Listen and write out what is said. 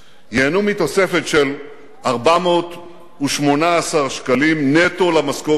ייהנו מתוספת של 418 שקלים נטו למשכורת שלהם.